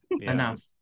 enough